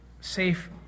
safe